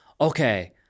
okay